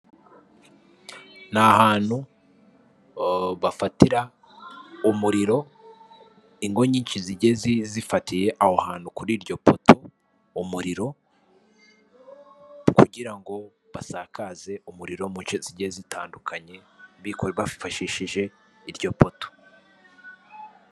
Ni ahantu bafatira umuriro ingo nyinshi zigiye zifatiye aho hantu kuri iryo poto, umuriro kugira ngo basakaze umuriro munce zigiye zitandukanye bifashishije iryo poto.